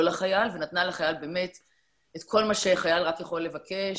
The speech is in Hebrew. לחייל ונתנה לחייל באמת את כל מה שחייל רק יכול לבקש,